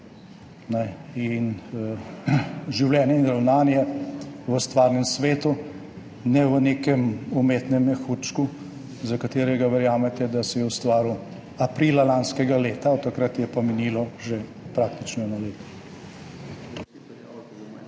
In življenje in ravnanje v stvarnem svetu, ne v nekem umetnem mehurčku, za katerega verjamete, da se je ustvaril aprila lanskega leta, od takrat je pa minilo že praktično eno leto.